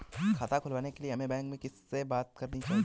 खाता खुलवाने के लिए हमें बैंक में किससे बात करनी चाहिए?